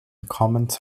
comments